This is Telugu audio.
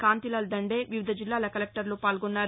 కాంతిలాల్ దండే వివిధ జిల్లాల కలెక్టర్లు పాల్గొన్నారు